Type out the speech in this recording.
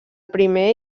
primer